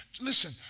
Listen